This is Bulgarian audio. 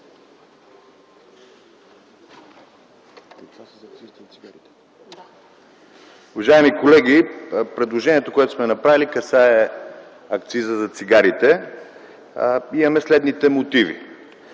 Уважаеми колеги, предложението, което сме направили, касае акциза за цигарите и имаме следните мотиви.